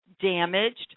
damaged